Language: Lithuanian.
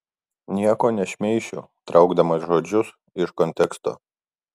nieko nešmeišiu traukdamas žodžius iš konteksto